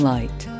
Light